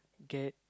get